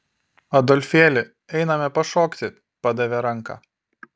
adolfėli einame pašokti padavė ranką